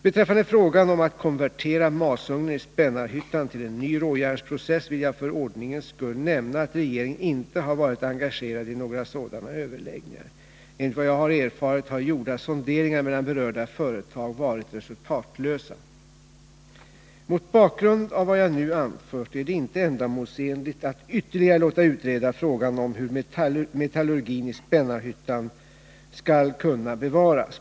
Beträffande frågan om att konvertera masugnen i Spännarhyttan till en ny råjärnsprocess vill jag för ordningens skull nämna att regeringen inte har varit engagerad i några sådana överläggningar. Enligt vad jag har erfarit har gjorda sonderingar mellan berörda företag varit resultatlösa. Mot bakgrund av vad jag nu anfört är det inte ändamålsenligt att ytterligare låta utreda frågan om hur metallurgin i Spännarhyttan skall kunna bevaras.